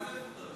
מה זה מפוטרים?